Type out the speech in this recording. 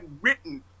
written